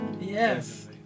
Yes